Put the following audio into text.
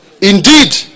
Indeed